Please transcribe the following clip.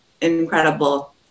incredible